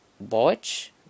Botch